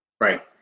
Right